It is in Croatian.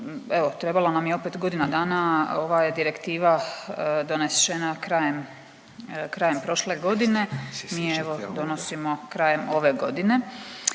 evo trebalo nam je opet godina dana, ova je direktiva donešena krajem prošle godine, mi je evo donosimo krajem ove godine.